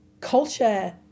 culture